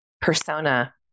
persona